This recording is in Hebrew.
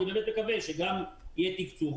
אני באמת מקווה שגם יהיה תקצוב,